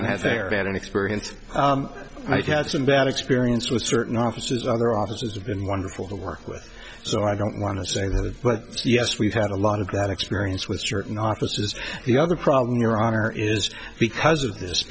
been an experience i've had some bad experience with certain offices other offices have been wonderful to work with so i don't want to say that but yes we've had a lot of that experience with certain offices the other problem your honor is because of this